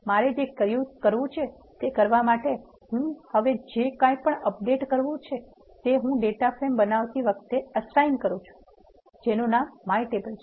મારે જે કર્યું છે તે કરવા માટે હું હવે જે કાઇપણ એડિટ કરવુ છે તે હું ડેટા ફ્રેમ બનાવતી વખતે એસાઇન કરુ છુ જેનુ નામ my table છે